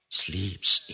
sleeps